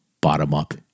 bottom-up